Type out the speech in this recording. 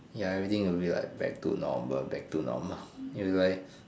ya everything will be like back to normal back to normal it will be like